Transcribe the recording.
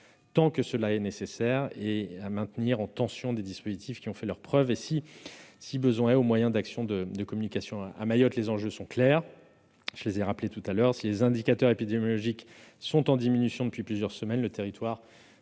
tant que cela est nécessaire et à maintenir en tension des dispositifs qui ont fait leurs preuves, si besoin au moyen d'actions de communication. À Mayotte, les enjeux sont clairs : si les indicateurs épidémiologiques sont en diminution depuis plusieurs semaines, le territoire